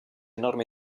norme